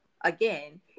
again